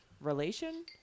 relation